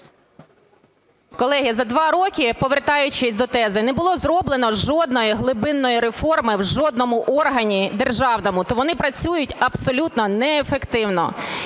Колеги, за два роки, повертаючись до тези, не було зроблено жодної глибинної реформи в жодному органі державному. То вони працюють абсолютно неефективно